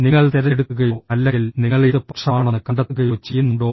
നിങ്ങൾ തിരഞ്ഞെടുക്കുകയോ അല്ലെങ്കിൽ നിങ്ങൾ ഏത് പക്ഷമാണെന്ന് കണ്ടെത്തുകയോ ചെയ്യുന്നുണ്ടോ